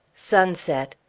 sunset.